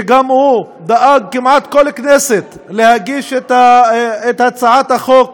שגם הוא דאג כמעט כל כנסת להגיש את הצעת החוק